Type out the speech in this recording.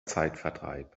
zeitvertreib